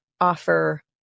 offer